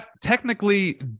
technically